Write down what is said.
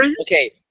okay